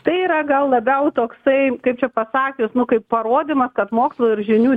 tai yra gal labiau toksai kaip čia pasakius nu kaip parodymas kad mokslo ir žinių